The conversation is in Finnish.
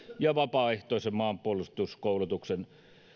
ja vapaaehtoisen maanpuolustuskoulutuksen